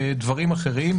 לדברים אחרים.